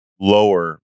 lower